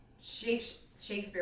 Shakespeare